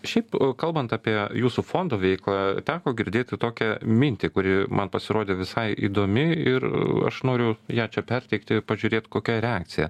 šiaip kalbant apie jūsų fondo veiklą teko girdėti tokią mintį kuri man pasirodė visai įdomi ir aš noriu ją čia perteikti pažiūrėt kokia reakcija